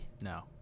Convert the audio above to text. No